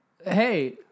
Hey